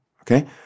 Okay